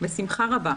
בשמחה רבה.